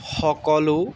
সকলো